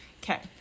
Okay